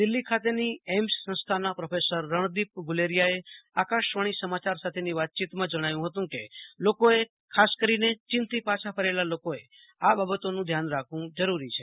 દિલ્હી ખાતેની એઇમ્સ સંસ્થાના પ્રોફેસર રણદિપ ગુલેરીયાએ આકાશવાણી સમાચાર સાથેની વાતચીતમાં જણાવ્યું હતુ કે લોકોએ ખાસ કરીને ચીનથી પાછા ફરેલા લોકોએ આ બાબતોનું ધ્યાન રાખવું જરૂરી છે